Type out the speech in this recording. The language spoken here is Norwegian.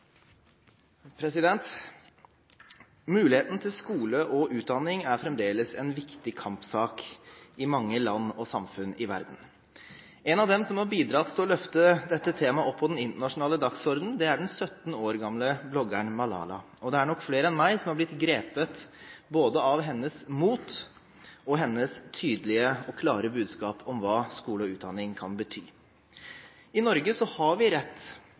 fremdeles en viktig kampsak i mange land og samfunn i verden. En av dem som har bidratt til å løfte dette temaet opp på den internasjonale dagsordenen, er den 17 år gamle bloggeren Malala. Det er nok flere enn meg som er blitt grepet både av hennes mot og av hennes tydelige og klare budskap om hva skole og utdanning kan bety. I Norge har vi rett